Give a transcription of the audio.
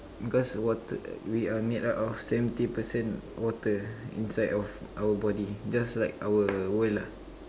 cause water we are made up of seventy percent water inside of our body just like our world lah